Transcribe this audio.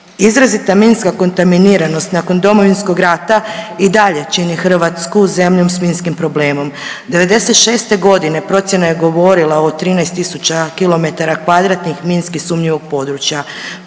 Izrazita minska kontaminiranost nakon Domovinskog rata i dalje čini Hrvatsku zemljom s minskim problemom. '96. godine procjena je govorila o 13000 km2 minski sumnjivog područja.